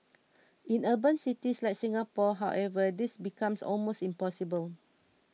in urban cities like Singapore however this becomes almost impossible